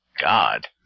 God